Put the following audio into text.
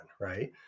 right